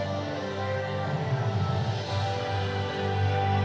हमरा हमर cheque book डाक के माध्यम से प्राप्त भईल